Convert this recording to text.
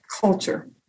culture